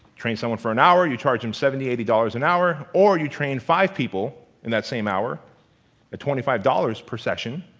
train someone for an hour, you charge them seventy eighty an hour. or you train five people in that same hour at twenty five dollars per session,